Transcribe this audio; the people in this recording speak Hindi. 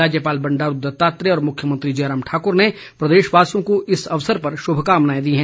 राज्यपल बंडारू दत्तात्रेय और मुख्यमंत्री जयराम ठाकुर ने प्रदेशवासियों को इस अवसर पर शुभकामनाएं दी है